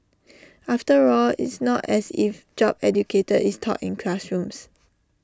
after all it's not as if job educator is taught in classrooms